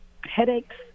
headaches